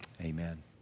Amen